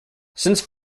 since